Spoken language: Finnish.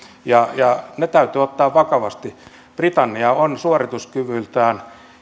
ja ja ne täytyy ottaa vakavasti britannia on suorituskyvyltään